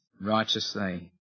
righteously